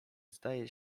zdaje